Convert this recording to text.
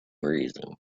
reason